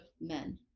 men